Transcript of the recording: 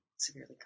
severely